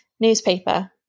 Newspaper